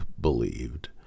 believed